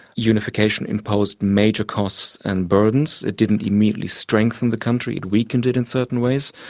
unification imposed major costs and burdens, it didn't immediately strengthen the country, it weakened it in certain ways.